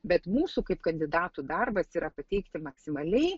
bet mūsų kaip kandidatų darbas yra pateikti maksimaliai